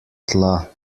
tla